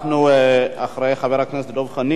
אחרי חבר הכנסת דב חנין,